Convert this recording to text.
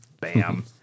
Bam